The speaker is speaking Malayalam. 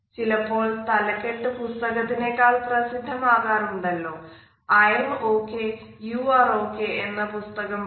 ചിലപ്പോൾ തലക്കെട്ട് പുസ്തകത്തിനേക്കാൾ പ്രസിദ്ധമാകാറുണ്ടല്ലോ I am okay you are okay I'm Ok You're Ok എന്ന പുസ്തകം പോലെ